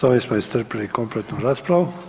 S ovim smo iscrpili kompletnu raspravu.